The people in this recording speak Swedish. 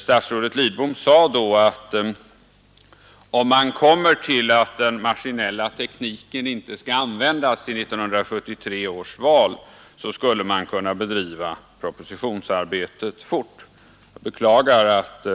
Statsrådet Lidbom sade då att om man kommer fram till att den maskinella tekniken inte skall användas i 1973 års val, skulle man kunna bedriva propositionsarbetet fort. Jag beklagar att